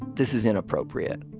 this is inappropriate.